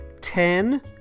Ten